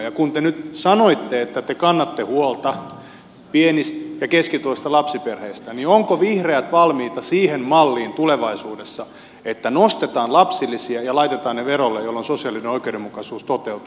ja kun te nyt sanoitte että te kannatte huolta pieni ja keskituloisista lapsiperheistä niin ovatko vihreät valmiita siihen malliin tulevaisuudessa että nostetaan lapsilisiä ja laitetaan ne verolle jolloin sosiaalinen oikeudenmukaisuus toteutuu